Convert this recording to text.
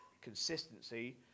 consistency